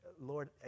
Lord